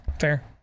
Fair